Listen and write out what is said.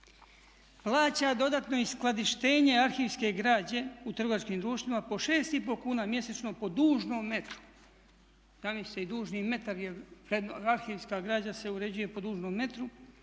Plaća dodatno i skladištenje arhivske građe u trgovačkim društvima po 6 i pol kuna mjesečno po dužnom metru, zamislite i dužni metar je, arhivska građa se uređuje po dužnom metru